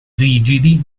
rigidi